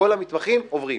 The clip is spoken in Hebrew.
כל המתמחים עוברים,